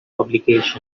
publication